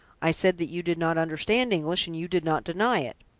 i said that you did not understand english, and you did not deny it.